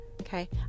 Okay